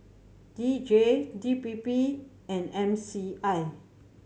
D J D P P and M C I